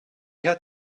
had